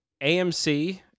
AMC